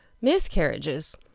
Miscarriages